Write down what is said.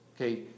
Okay